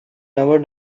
never